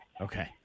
Okay